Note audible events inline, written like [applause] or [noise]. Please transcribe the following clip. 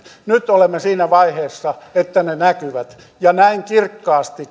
nyt olemme siinä vaiheessa että ne näkyvät ja näin kirkkaasti [unintelligible]